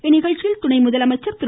இந்நிகழ்ச்சியில் துணை முதலமைச்சர் திரு